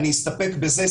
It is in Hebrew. אני אסתפק בזה.